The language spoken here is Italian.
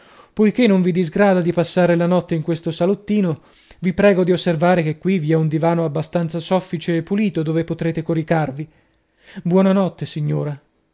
poichè non vi disgrada di passare la notte in questo salottino vi prego di osservare che qui vi è un divano abbastanza soffice e pulito dove potrete coricarvi buona notte signora